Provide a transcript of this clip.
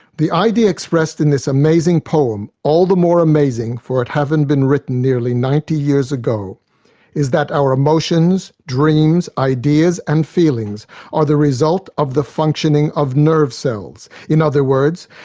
the idea expressed in this amazing poem all the more amazing for it having been written nearly ninety years ago is that our emotions, dreams, ideas and feelings are the result of the functioning of nerve cells. in other words,